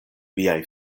viaj